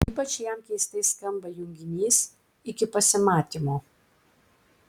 ypač jam keistai skamba junginys iki pasimatymo